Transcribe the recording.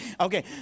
Okay